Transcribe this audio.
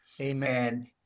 Amen